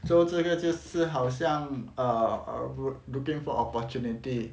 做这个就是好像 err err looking for opportunity